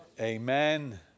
Amen